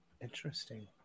interesting